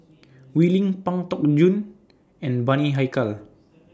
Wee Lin Pang Teck Joon and Bani Haykal